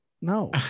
No